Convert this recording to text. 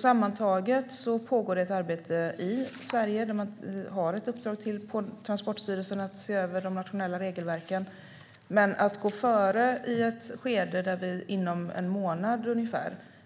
Sammantaget pågår alltså ett arbete i Sverige där Transportstyrelsen har ett uppdrag att se över de nationella regelverken. Men jag tror att det vore olyckligt att gå före i ett skede där vi inom ungefär en månad